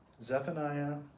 Zephaniah